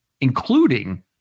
including